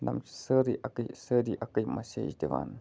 نوٚم چھِ سٲرٕے اَکٕے سٲری اَکٕے مسیج دِوان